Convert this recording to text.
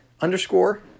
underscore